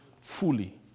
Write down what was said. fully